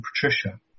Patricia